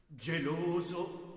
geloso